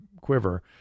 quiver